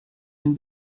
can